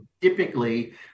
typically